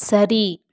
சரி